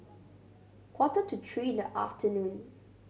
quarter to three in the afternoon